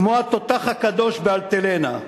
כמו "התותח הקדוש" ב"אלטלנה".